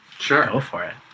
sure. go for it